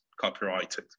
copyrighted